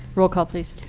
roll call, please.